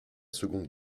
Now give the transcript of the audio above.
seconde